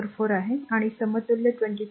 444 आहे आणि समतुल्य 22